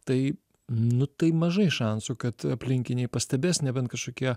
tai nu tai mažai šansų kad aplinkiniai pastebės nebent kažkokie